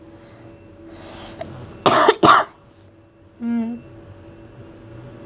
mm